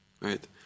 Right